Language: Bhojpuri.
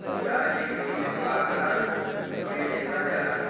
बियाज एक नियमित आंकड़ा मे लेवल जाला